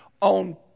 on